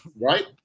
right